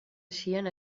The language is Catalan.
eixien